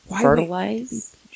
fertilize